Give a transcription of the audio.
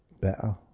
better